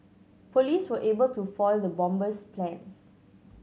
police were able to foil the bomber's plans